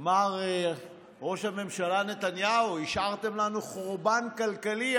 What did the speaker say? אמר ראש הממשלה נתניהו: השארתם לנו חורבן כלכלי,